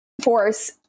force